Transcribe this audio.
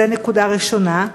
זאת נקודה ראשונה.